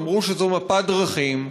אמרו שזאת מפת דרכים.